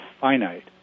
finite